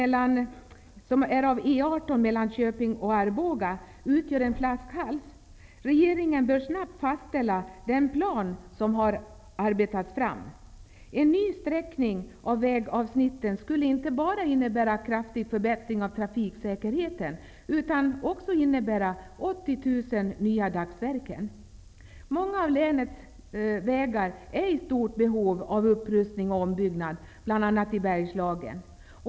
Arboga utgör en flaskhals. Regeringen bör snabbt fastställa den plan som arbetats fram. En ny sträckning av vägavsnitten skulle inte bara innebära en kraftig förbättring av trafiksäkerheten utan också innebära 80 000 nya dagsverken. Många av länets vägar är i stort behov av upprustning och ombyggnad, bl.a. i Bergslagen.